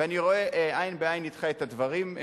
ואני רואה עין בעין אתך את הדברים,